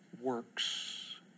works